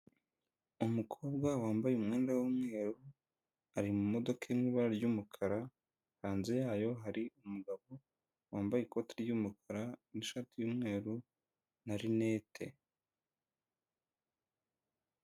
Umukobwa wambaye umwenda w'umweru, ari mu modoka n'ibara ry'umukara, hanze yayo hari umugabo wambaye ikoti ry'umukara n'ishati y'umweru na rinete.